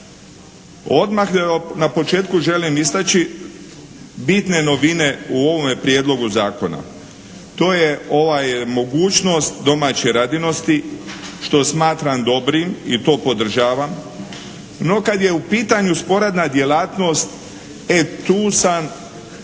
Odmah na početku želim istaći bitne novine u ovome prijedlogu zakona. To je ovaj mogućnost domaće radinosti što smatram dobrim i to podržavam. No kad je u pitanju sporedna djelatnost e tu sam